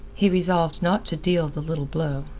he resolved not to deal the little blow.